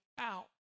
out